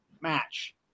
match